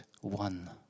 one